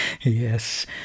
Yes